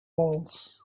walls